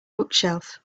bookshelf